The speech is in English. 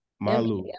malu